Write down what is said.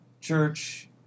Church